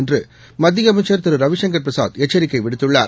என்றுமத்தியஅமைச்சர் Thiru Ravi Shankar Prasad எச்சரிக்கைவிடுத்துள்ளார்